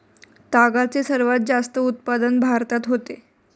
तागाचे सर्वात जास्त उत्पादन भारतात होते